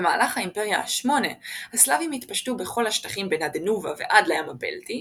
במהלך המאה ה-8 הסלאבים התפשטו בכל השטחים בין הדנובה ועד לים הבלטי,